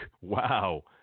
wow